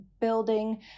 building